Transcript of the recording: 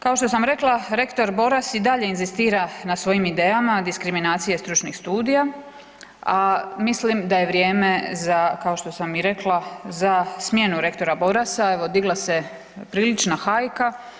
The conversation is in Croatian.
Kao što sam rekla, rektor Boras i dalje inzistira na svojim idejama diskriminacije stručnih studija, a mislim da je vrijeme za, kao što sam i rekla, za smjenu rektora Borasa, evo digla se prilična hajka.